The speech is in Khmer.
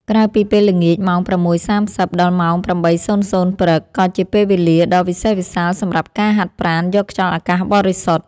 ក្រៅពីពេលល្ងាច ម៉ោង ៦:៣០ ដល់ម៉ោង ៨:០០ ព្រឹក ក៏ជាពេលវេលាដ៏វិសេសវិសាលសម្រាប់ការហាត់ប្រាណយកខ្យល់អាកាសបរិសុទ្ធ។